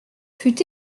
fut